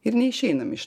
ir neišeinam iš